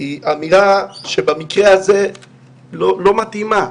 היא אמירה שבמקרה הזה לא מתאימה.